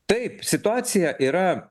taip situacija yra